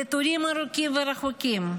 לתורים ארוכים ורחוקים?